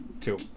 Two